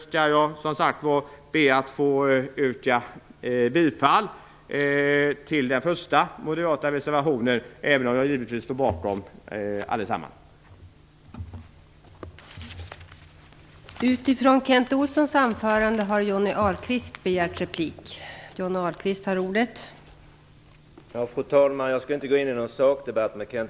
Med det ber jag att få yrka bifall till den första moderata reservationen även om jag givetvis står bakom alla våra reservationer.